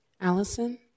Allison